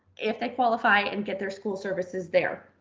if they qualify and get their school services there.